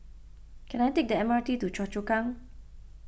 can I take the M R T to Choa Chu Kang